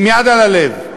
עם יד על הלב,